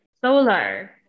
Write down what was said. solar